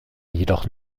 jedoch